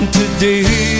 today